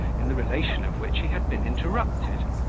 in the relation of which he had been interrupted.